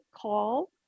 call